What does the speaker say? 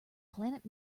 planet